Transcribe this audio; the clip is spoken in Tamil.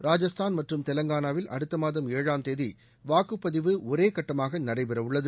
ராஜஸ்தான் மற்றும் தெலங்கானாவில் அடுத்த மாதம் ஏழாம் தேதி வாக்குப்பதிவு ஒரே கட்டமாக நடைபெறவுள்ளது